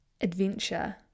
adventure